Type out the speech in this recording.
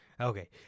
Okay